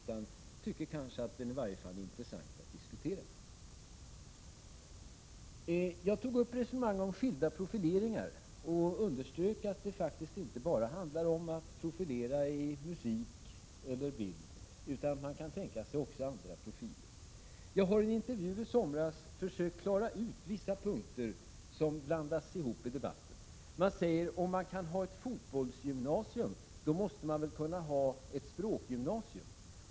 Man tycker kanske att detta i varje fall är intressant att diskutera. Jag tog upp resonemang om skilda profileringar och underströk att det faktiskt inte bara handlar om att profilera i musik eller bild utan att man även kan tänka sig andra profileringar. Jag har i en intervju i somras försökt klara ut vissa punkter som blandas ihop i debatten. Det sägs att om man kan ha ett fotbollsgymnasium så måste man väl kunna ha ett språkgymnasium.